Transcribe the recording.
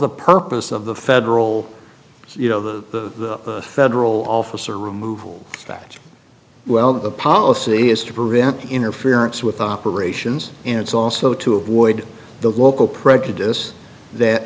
the purpose of the federal you know the federal officer removal that well the policy is to prevent interference with operations and it's also to avoid the local prejudice that